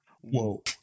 Whoa